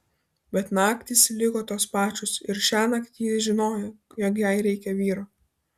bet naktys liko tos pačios ir šiąnakt ji žinojo jog jai reikia vyro